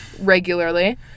regularly